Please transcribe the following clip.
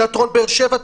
תיאטרון באר שבע,